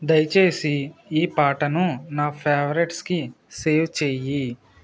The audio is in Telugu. దయచేసి ఈ పాటను నా ఫేవరెట్స్కి సేవ్ చేయి